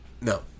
no